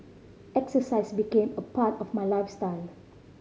exercise became a part of my lifestyle